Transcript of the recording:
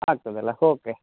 ಆಗ್ತದಲ್ಲ ಹೊಕೆ